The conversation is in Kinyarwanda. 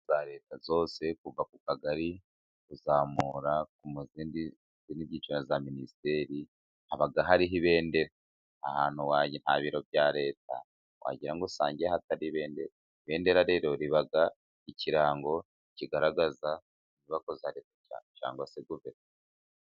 Za Leta zose kuva ku Kagari kuzamura mu bindi byiciro nka za minisiteri, haba hariho ibendera. Nta biro bya Leta wagera ngo usange hatari ibendera. Ibendera rero riba ikirango kigaragaza inyubako za Leta cyangwa se guverinoma.